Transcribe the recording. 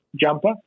jumper